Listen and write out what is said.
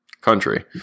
country